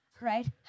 right